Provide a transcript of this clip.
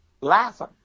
laughing